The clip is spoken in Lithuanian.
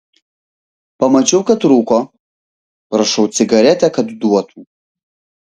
pamačiau kad rūko prašau cigaretę kad duotų